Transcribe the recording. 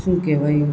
શું કહેવાય